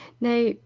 Now